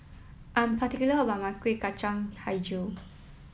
I am particular about my Kuih Kacang Hijau